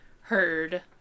heard